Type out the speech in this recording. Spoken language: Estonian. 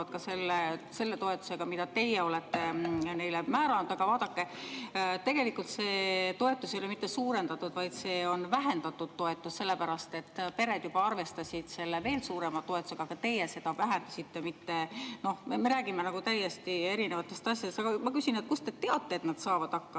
Aga vaadake, tegelikult seda toetust ei ole mitte suurendatud, vaid see on vähendatud toetus, sellepärast et pered juba arvestasid veel suurema toetusega, aga teie seda vähendasite. Me räägime nagu täiesti erinevatest asjadest. Aga ma küsin, et kust te teate, et nad saavad hakkama.